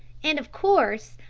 and, of course,